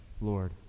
Lord